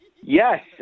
Yes